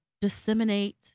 disseminate